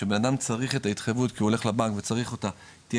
כשבן אדם צריך את ההתחייבות כי הולך לבנק וצריך אותה תהיה